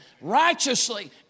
righteously